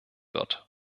wird